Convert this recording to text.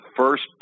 first